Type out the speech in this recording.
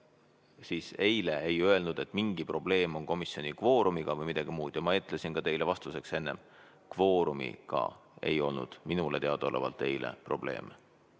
siis kohe ei öelnud, et mingi probleem on komisjoni kvoorumiga või midagi muud. Ma ütlesin ka teile vastuseks enne: kvoorumiga ei olnud minule teadaolevalt eile probleeme.